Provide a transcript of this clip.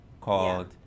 called